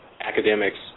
academics